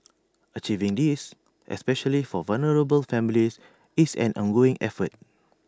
achieving this especially for vulnerable families is an ongoing effort